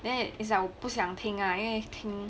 then is like 我不想听 lah 因为听